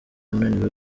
ananiwe